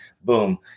boom